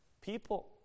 people